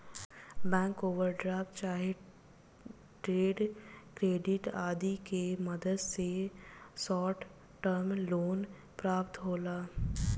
bank overdraft चाहे trade credit आदि के मदद से शॉर्ट टर्म लोन प्राप्त होला